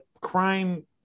crime